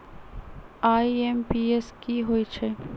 IMPS की होईछइ?